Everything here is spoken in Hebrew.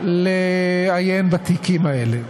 לעיין בתיקים האלה.